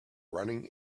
running